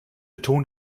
betonen